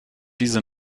diese